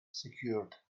secured